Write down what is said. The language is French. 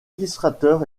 illustrateur